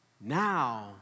Now